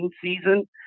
season